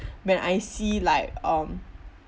when I see like um